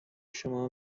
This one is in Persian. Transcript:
شما